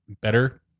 better